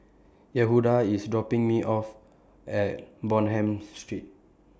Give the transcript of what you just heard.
Yehuda IS dropping Me off At Bonham Street